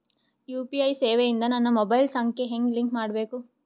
UPI ಸೇವೆ ಇಂದ ನನ್ನ ಮೊಬೈಲ್ ಸಂಖ್ಯೆ ಹೆಂಗ್ ಲಿಂಕ್ ಮಾಡಬೇಕು?